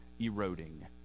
eroding